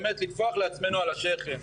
באמת לטפוח לעצמנו על השכם.